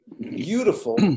beautiful